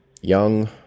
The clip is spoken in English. young